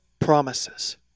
promises